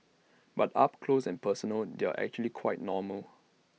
but up close and personal they're actually quite normal